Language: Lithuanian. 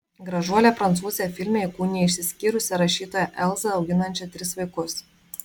gražuolė prancūzė filme įkūnija išsiskyrusią rašytoją elzą auginančią tris vaikus